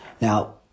Now